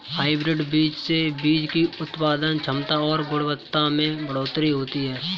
hybrid बीज से बीज की उत्पादन क्षमता और गुणवत्ता में बढ़ोतरी होती है